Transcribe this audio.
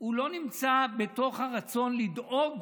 לא נמצא בתוך הרצון לדאוג